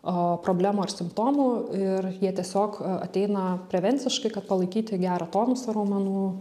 problemų ar simptomų ir jie tiesiog ateina prevenciškai kad palaikyti gerą tonusą raumenų